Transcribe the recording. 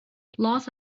laws